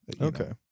Okay